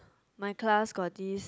my class got this